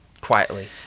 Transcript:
quietly